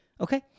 Okay